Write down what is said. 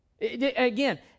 Again